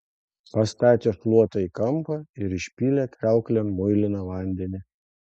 pastatė šluotą į kampą ir išpylė kriauklėn muiliną vandenį